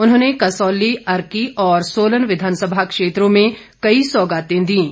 उन्होंने कसौली अर्की और सोलन विधानसभा क्षेत्र में कई सौगातें दीं